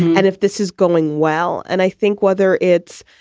and if this is going well. and i think whether it's,